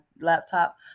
laptop